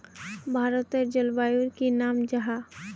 भारतेर जलवायुर की नाम जाहा?